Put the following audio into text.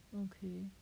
okay